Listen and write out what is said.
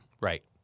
Right